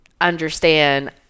understand